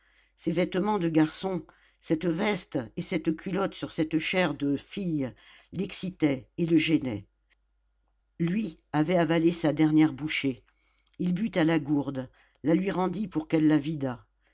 ces vêtements de garçon cette veste et cette culotte sur cette chair de fille l'excitaient et le gênaient lui avait avalé sa dernière bouchée il but à la gourde la lui rendit pour qu'elle